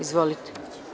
Izvolite.